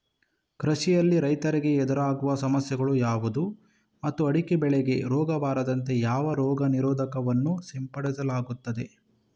ಕೃಷಿಯಲ್ಲಿ ರೈತರಿಗೆ ಎದುರಾಗುವ ಸಮಸ್ಯೆಗಳು ಯಾವುದು ಮತ್ತು ಅಡಿಕೆ ಬೆಳೆಗೆ ರೋಗ ಬಾರದಂತೆ ಯಾವ ರೋಗ ನಿರೋಧಕ ವನ್ನು ಸಿಂಪಡಿಸಲಾಗುತ್ತದೆ?